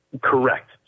Correct